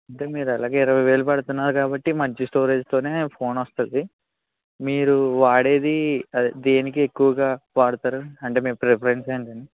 అంటే మీరు ఎలాగో ఇరవై వేలు పెడతున్నారు కాబట్టి మంచి స్టోరేజ్తో ఫోన్ వస్తుంది మీరు వాడేది అదే దేనికి ఎక్కువగా వాడతారు అంటే మీ ప్రిఫరెన్స్ ఏంటి